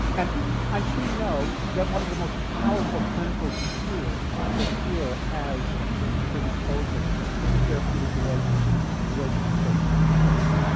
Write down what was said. and i'm sure you know that one of the most powerful clinical tools that a healer has at her disposal is the therapeutic relationship, it's a relationship based on trust.